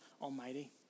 Almighty